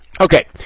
Okay